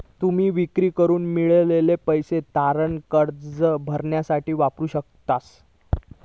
तुम्ही विक्री करून मिळवलेले पैसे तारण कर्ज भरण्यासाठी वापरू शकतास